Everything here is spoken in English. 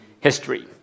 history